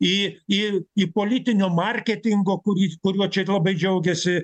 į į į politinio marketingo kurį kuriuo čia labai džiaugiasi